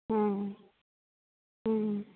ᱦᱮᱸ ᱦᱮᱸ